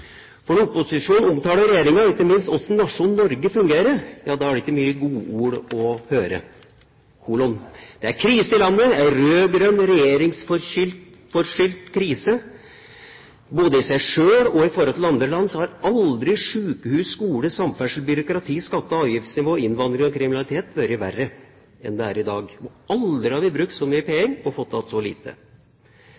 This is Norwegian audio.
for når opposisjonen omtaler regjeringa, og ikke minst hvordan nasjonen Norge fungerer, ja da er det ikke mye godord å høre: Det er krise i landet, noe som skyldes en rød-grønn regjering. Både i seg selv og i forhold til andre land har aldri sykehus, skole, samferdsel, byråkrati, skatte- og avgiftsnivå, innvandring og kriminalitet vært verre enn det er i dag, og aldri har vi brukt så mye